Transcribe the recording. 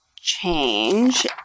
change